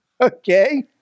Okay